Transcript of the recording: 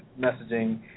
messaging